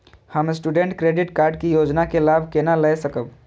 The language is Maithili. हम स्टूडेंट क्रेडिट कार्ड के योजना के लाभ केना लय सकब?